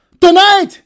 tonight